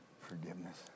forgiveness